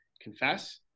confess